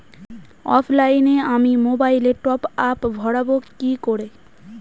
অফলাইনে আমি মোবাইলে টপআপ ভরাবো কি করে?